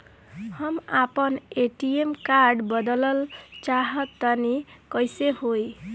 हम आपन ATM card बदलल चाह तनि कइसे होई?